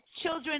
children